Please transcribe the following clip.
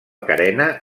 carena